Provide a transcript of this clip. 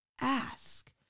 Ask